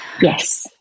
Yes